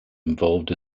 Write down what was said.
involved